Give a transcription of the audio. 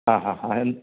ആ ആ അതിന്